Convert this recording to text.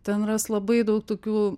ten ras labai daug tokių